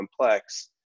complex